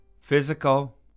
physical